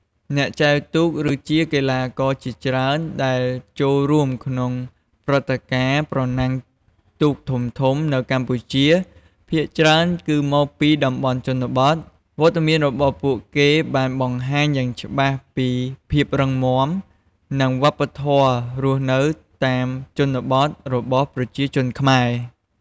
អ្នកចែវទូក ឬជាកីឡាករជាច្រើនដែលចូលរួមក្នុងព្រឹត្តិការណ៍ប្រណាំងទូកធំៗនៅកម្ពុជា ភាគច្រើនគឺមកពីតំបន់ជនបទ វត្តមានរបស់ពួកគេបានបង្ហាញយ៉ាងច្បាស់ពីភាពរឹងមាំ និងវប្បធម៌រស់នៅតាមជនបទរបស់ប្រជាជនខ្មែរ។